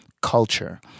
culture